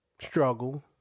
Struggle